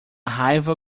raiva